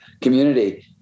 community